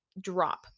drop